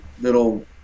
little